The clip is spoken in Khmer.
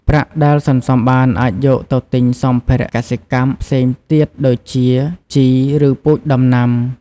ប្រាក់ដែលសន្សំបានអាចយកទៅទិញសម្ភារៈកសិកម្មផ្សេងទៀតដូចជាជី ឬពូជដំណាំ។